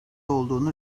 olduğunu